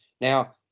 Now